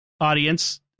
audience